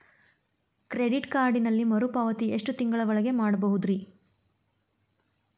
Credit ಕಾರ್ಡಿನಲ್ಲಿ ಮರುಪಾವತಿ ಎಷ್ಟು ತಿಂಗಳ ಒಳಗ ಮಾಡಬಹುದ್ರಿ?